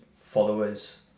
followers